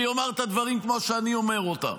ויאמר את הדברים כמו שאני אומר אותם.